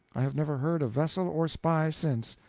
i have never heard of vessel or spy since.